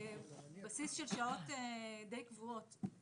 איזה בסיס של שעות די קבועות.